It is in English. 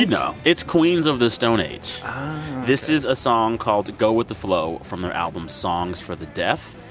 you know it's queens of the stone age oh this is a song called go with the flow from their album songs for the deaf.